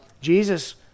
Jesus